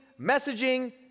messaging